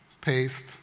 paste